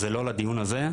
זה לא לדיון הזה,